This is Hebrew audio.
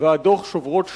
והדוח "שוברות שתיקה"